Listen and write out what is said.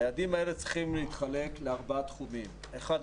היעדים האלה צריכים להתחלק לארבעה תחומים: אחד,